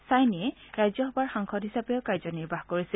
চাইনিয়ে ৰাজ্যসভাৰ সাংসদ হিচাপেও কাৰ্যনিৰ্বাহ কৰিছিল